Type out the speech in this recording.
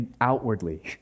outwardly